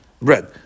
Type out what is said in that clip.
red